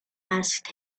asked